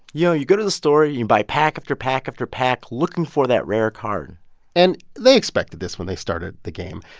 you know, you go to the store, you buy pack after pack after pack, looking for that rare card and they expected this when they started the game.